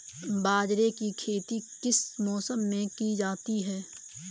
बाजरे की खेती किस मौसम में की जाती है?